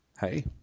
Hey